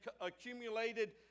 accumulated